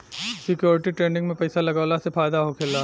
security trading में पइसा लगावला से फायदा होखेला